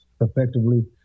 effectively